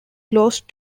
close